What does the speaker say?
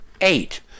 eight